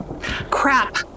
Crap